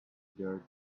dared